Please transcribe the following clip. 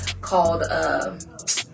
called